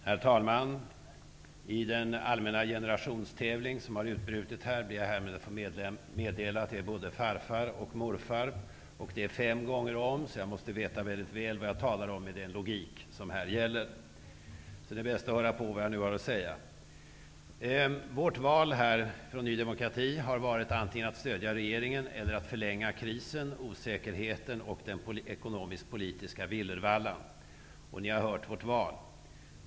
Herr talman! I den allmänna generationstävling som har utbrutit här ber jag härmed att få meddela att jag är både farfar och morfar och detta fem gånger om. Med den logik som här gäller måste jag veta väldigt väl vad jag talar om. Det är alltså bäst att ni lyssnar på vad jag nu har att säga. Ny demokratis val har varit att antingen stödja regeringen eller förlänga krisen, osäkerheten och den ekonomisk-politiska villervallan. Ni har hört vårt val.